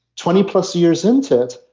twenty plus years into it,